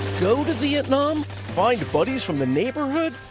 go to vietnam, find buddies from the neighborhood,